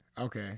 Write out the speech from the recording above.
Okay